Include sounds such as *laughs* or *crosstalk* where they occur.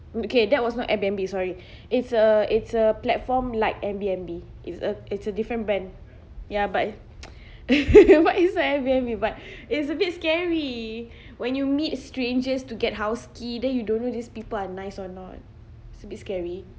okay that was not airbnb sorry it's a it's a platform like airbnb it's a it's a different brand ya but *noise* *laughs* what is airbnb *laughs* but it's a bit scary when you meet strangers to get house key then you don't know these people are nice or not it's a bit scary